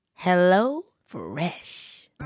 HelloFresh